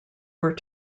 were